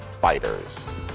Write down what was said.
fighters